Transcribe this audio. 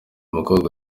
mukobwa